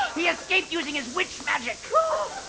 he escaped using his witch magic.